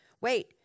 Wait